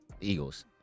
Eagles